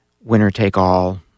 winner-take-all